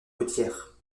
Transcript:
côtières